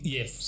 Yes